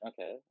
Okay